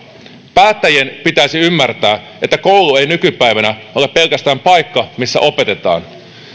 päättäjien pitäisi ymmärtää että koulu ei nykypäivänä ole pelkästään paikka missä opetetaan